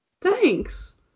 thanks